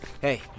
Hey